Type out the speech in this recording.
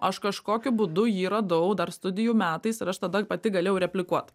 aš kažkokiu būdu jį radau dar studijų metais ir aš tada pati galėjau replikuot